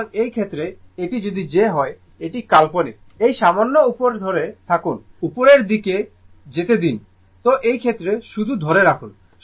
সুতরাং এই ক্ষেত্রে এটি যদি j হয় এটি কাল্পনিক এই সামান্য উপর ধরে থাকুন উপরের দিকে যেতে দিন তো এই ক্ষেত্রে শুধু ধরে রাখুন